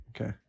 Okay